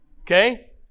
Okay